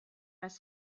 las